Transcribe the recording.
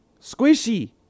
squishy